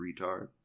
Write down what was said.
retard